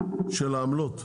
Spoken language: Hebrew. של העמלות?